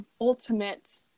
ultimate